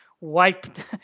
wiped